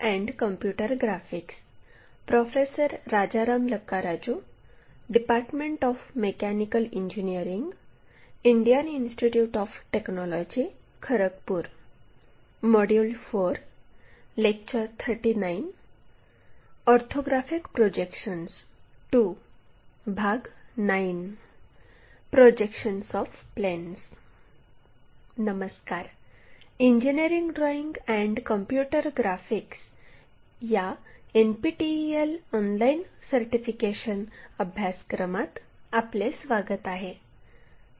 नमस्कार engineering drawing and computer graphics या NPTEL online certification अभ्यासक्रमात आपले स्वागत आहे